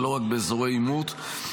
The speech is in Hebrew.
ולא רק באזורי העימות.